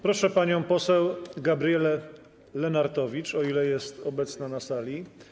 Proszę panią poseł Gabrielę Lenartowicz, o ile jest obecna na sali.